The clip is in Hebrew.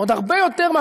עוד הרבה יותר.